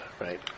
Right